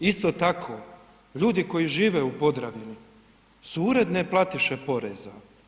Isto tako, ljudi koji žive u Podravini su uredne platiše poreza.